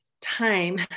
time